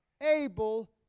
able